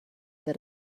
that